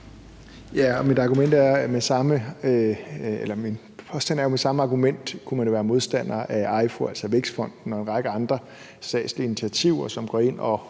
Min påstand er så, at med samme argument kunne man være modstander af Vækstfonden og en række andre statslige initiativer, som går ind og